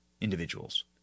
individuals